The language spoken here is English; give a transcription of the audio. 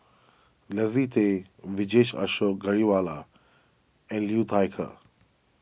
Leslie Tay Vijesh Ashok Ghariwala and Liu Thai Ker